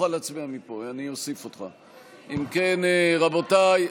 אם כן, רבותיי,